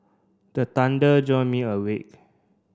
the thunder jolt me awake